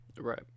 right